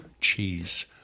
cheese